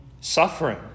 suffering